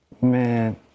Man